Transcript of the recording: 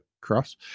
cross